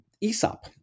Aesop